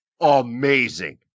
amazing